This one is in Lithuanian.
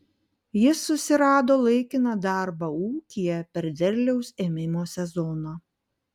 jis susirado laikiną darbą ūkyje per derliaus ėmimo sezoną